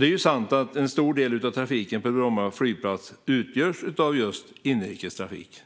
Det är sant att en stor del av trafiken på Bromma flygplats utgörs av just inrikestrafik.